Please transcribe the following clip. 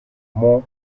mont